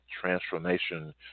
Transformation